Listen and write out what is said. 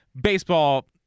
baseball